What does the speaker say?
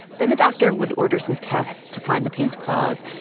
then the doctor would order some tests to find the pain's cause.